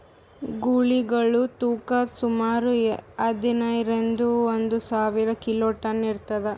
ಗೂಳಿಗಳ್ ತೂಕಾ ಸುಮಾರ್ ಐದ್ನೂರಿಂದಾ ಒಂದ್ ಸಾವಿರ ಕಿಲೋ ತನಾ ಇರ್ತದ್